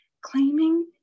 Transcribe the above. claiming